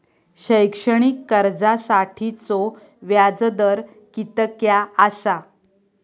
शैक्षणिक कर्जासाठीचो व्याज दर कितक्या आसा?